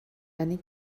many